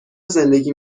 زندگی